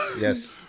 Yes